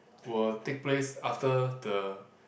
will take place after the